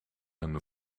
hun